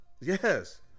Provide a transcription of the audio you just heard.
yes